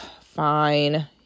fine